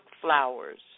flowers